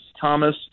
Thomas